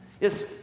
Yes